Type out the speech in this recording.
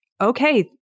okay